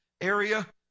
area